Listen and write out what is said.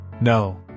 No